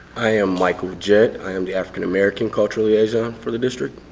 i am michael jett. i am the african american cultural liaison for the district.